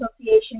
association